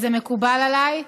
וזה מקובל עליי,